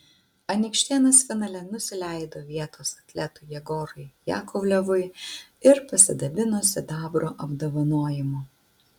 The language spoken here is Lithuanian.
anykštėnas finale nusileido vietos atletui jegorui jakovlevui ir pasidabino sidabro apdovanojimu